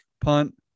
punt